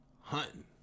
hunting